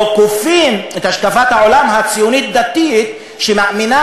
לא כופים את השקפת העולם הציונית-דתית שמאמינה